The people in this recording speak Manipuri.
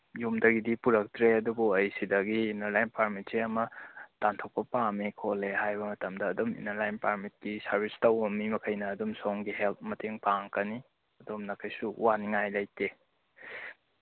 ꯌꯨꯝꯗꯒꯤꯗꯤ ꯄꯨꯔꯛꯇ꯭ꯔꯦ ꯑꯗꯨꯕꯨ ꯑꯩ ꯁꯤꯗꯒꯤ ꯏꯅꯔ ꯂꯥꯏꯟ ꯄꯥꯔꯃꯤꯠꯁꯦ ꯑꯃ ꯇꯥꯟꯊꯣꯛꯄ ꯄꯥꯝꯃꯤ ꯈꯣꯠꯂꯤ ꯍꯥꯏꯕ ꯃꯇꯝꯗ ꯑꯗꯨꯝ ꯏꯅꯔ ꯂꯥꯏꯟ ꯄꯥꯔꯃꯤꯠꯀꯤ ꯁꯥꯔꯚꯤꯁ ꯇꯧꯕ ꯃꯤ ꯃꯈꯩꯅ ꯑꯗꯨꯝ ꯁꯣꯝꯒꯤ ꯍꯦꯜꯞ ꯃꯇꯦꯡ ꯄꯥꯡꯉꯛꯀꯅꯤ ꯑꯗꯣꯝꯅ ꯀꯩꯁꯨ ꯋꯥꯅꯤꯡꯉꯥꯏ ꯂꯩꯇꯦ